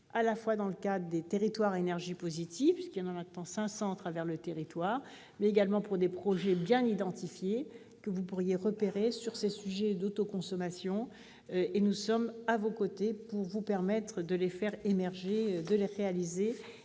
seulement dans le cadre des territoires à énergie positive, qui sont maintenant 500 sur l'ensemble du pays, mais également pour des projets bien identifiés que vous pourriez repérer sur ces sujets d'autoconsommation. Nous serons à vos côtés pour vous permettre de les faire émerger et de créer